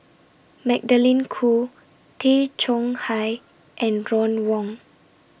Magdalene Khoo Tay Chong Hai and Ron Wong